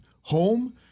home